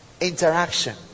interaction